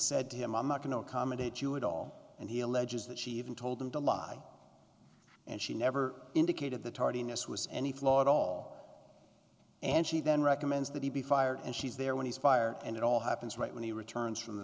said to him i'm not going to accommodate you at all and he alleges that she even told him to lie and she never indicated the tardiness was any flaw at all and she then recommends that he be fired and she's there when he's fired and it all happens right when he returns from the